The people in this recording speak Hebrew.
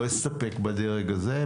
לא אסתפק בדרג הזה.